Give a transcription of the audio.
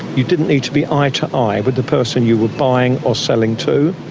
you didn't need to be eye-to-eye with the person you were buying or selling to,